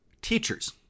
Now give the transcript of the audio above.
Teachers